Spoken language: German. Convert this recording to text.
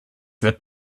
wird